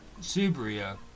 Subria